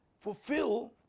fulfill